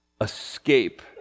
escape